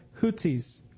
Houthis